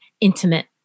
intimate